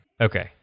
Okay